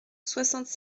soixante